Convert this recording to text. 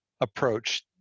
approach